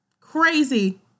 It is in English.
Crazy